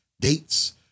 dates